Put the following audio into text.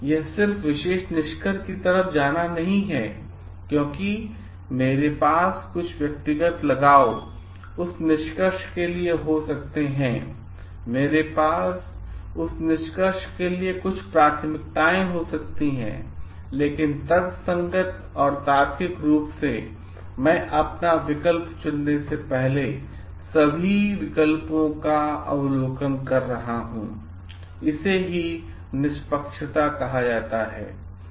यह सिर्फ विशेष निष्कर्ष की तरफ जाना नहीं है क्योंकि मेरे पास कुछ व्यक्तिगत लगाव उस निष्कर्ष के लिए हो सकते हैं मेरे पास उस निष्कर्ष के लिए कुछ प्राथमिकताएं हो सकती हैं लेकिन तर्कसंगत और तार्किक रूप से मैं अपना विकल्प चुनने से पहले सभी विकल्पों का अवलोकन कर रहा हूं इसे ही निष्पक्षता कहा जाता है